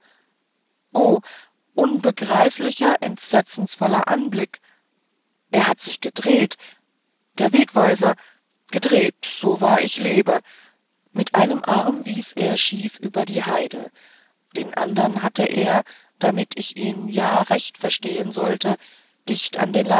o unbegreiflicher entsetzenvoller anblick er hatte sich gedreht der wegweiser gedreht so wahr ich lebe mit einem arm wies er schief über die heide den andern hatte er damit ich ihn ja recht verstehen sollte dicht an den